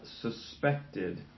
suspected